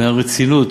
ברצינות